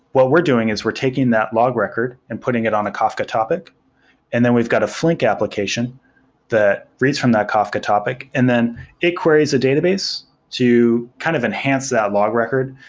what we're doing is we're taking that log record and putting it on the kafka topic and then we've got a flink application that reads from that kafka topic and then it queries a database to kind of enhance that log record,